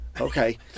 okay